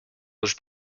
was